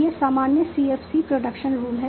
यह सामान्य CFC production rule है